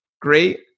great